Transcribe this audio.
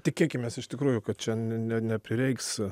tikėkimės iš tikrųjų kad čia n ne neprireiks